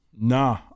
Nah